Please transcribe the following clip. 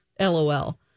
LOL